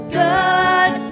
good